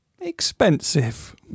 Expensive